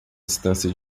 distância